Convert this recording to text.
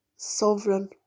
Sovereign